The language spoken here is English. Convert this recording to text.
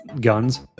guns